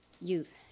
youth